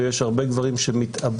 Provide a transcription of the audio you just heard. ויש הרבה גברים שמתאבדים,